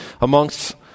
Amongst